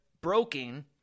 broken